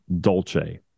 Dolce